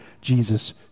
Jesus